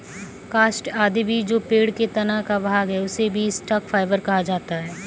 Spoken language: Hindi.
काष्ठ आदि भी जो पेड़ के तना का भाग है, उसे भी स्टॉक फाइवर कहा जाता है